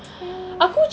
well